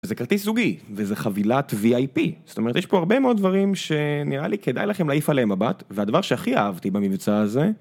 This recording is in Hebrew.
זה כרטיס זוגי, וזה חבילת VIP. זאת אומרת, יש פה הרבה מאוד דברים שנראה לי כדאי לכם להעיף עליהם מבט, והדבר שהכי אהבתי במבצע הזה...